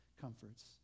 comforts